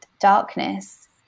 darkness